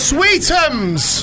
Sweetums